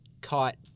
caught